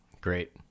Great